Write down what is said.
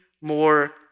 more